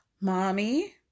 Mommy